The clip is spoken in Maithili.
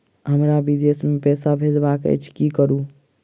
हमरा विदेश मे पैसा भेजबाक अछि की करू?